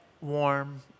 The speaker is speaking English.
warm